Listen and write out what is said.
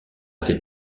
ces